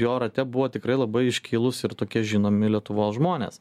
jo rate buvo tikrai labai iškilūs ir tokie žinomi lietuvos žmonės